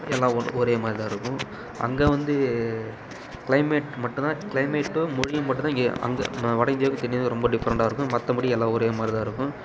எல்லாம் ஒரேமாதிரி தான் இருக்கும் அங்கே வந்து கிளைமேட் மட்டுந்தான் கிளைமேட்டும் மொழியும் மட்டுந்தான் இங்கே அங்கே வட இந்தியாவுக்கும் தென் இந்தியாவுக்கும் ரொம்ப டிஃப்ரண்டாக இருக்கும் மற்றபடி எல்லாம் ஒரே மாதிரி தான் இருக்கும்